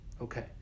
okay